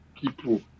people